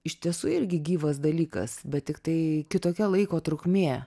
iš tiesų irgi gyvas dalykas bet tiktai kitokia laiko trukmė